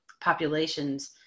populations